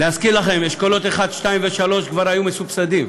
להזכיר לכם, אשכולות 1, 2 ו-3 כבר היו מסובסדים.